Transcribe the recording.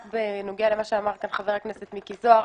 רק בנוגע למה שאמר כאן חבר הכנסת מיקי זוהר.